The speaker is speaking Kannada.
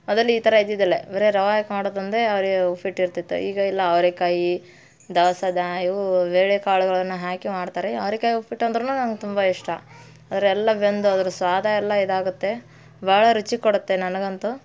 ಮೊದಲು ಈ ಥರ ಇದ್ದಿದ್ದಿಲ್ಲ ಬರೀ ರವೆ ಹಾಕಿ ಮಾಡೋದೊಂದೇ ಅವರೆ ಉಪ್ಪಿಟ್ಟು ಇರ್ತಿತ್ತು ಈಗ ಇಲ್ಲ ಅವ್ರೆಕಾಯಿ ದವಸ ದಾ ಇವು ಬೇಳೆ ಕಾಳುಗಳನ್ನು ಹಾಕಿ ಮಾಡ್ತಾರೆ ಅವ್ರೆಕಾಯಿ ಉಪ್ಪಿಟ್ಟು ಅಂದ್ರು ನಂಗೆ ತುಂಬ ಇಷ್ಟ ಅದ್ರ ಎಲ್ಲ ಬೆಂದು ಅದ್ರ ಸ್ವಾದ ಎಲ್ಲ ಇದಾಗುತ್ತೆ ಭಾಳ ರುಚಿ ಕೊಡುತ್ತೆ ನನಗಂತೂ